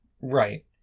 Right